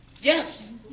Yes